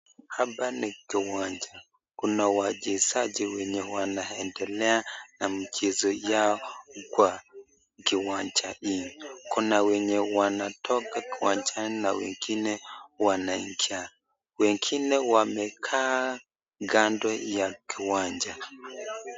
Hapa ni kiwanja kuna wachezaji wenye wanaendelea na michezo yao kwa kiwanja hii kuna wenye wanatoka uwanjani na wengine wanaingia, wengine wamekaa kando ya kiwanja.